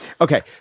Okay